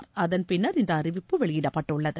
அகுன் பின்னர் இந்தஅறிவிப்பு வெளியிடப்பட்டுள்ளது